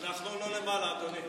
אנחנו פה למעלה, אדוני.